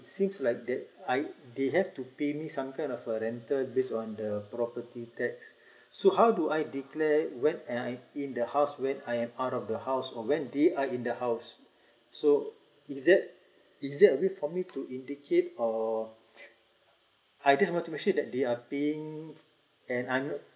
seems like that they have to pay me some kind of a rental based on the property tax so how do I declare when I am in the house when I'm out of the house or when they are in the house so is that is it a way for me to indicate or I just want to make sure that they are paying and I'm not